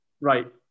Right